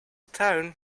town